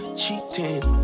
cheating